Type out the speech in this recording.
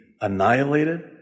annihilated